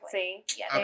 See